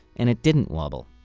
and it didn't wobble.